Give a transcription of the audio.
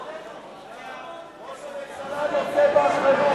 ראש הממשלה נושא באחריות.